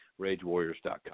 RageWarriors.com